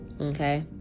okay